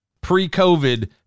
pre-COVID